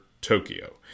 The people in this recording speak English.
tokyo